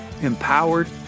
empowered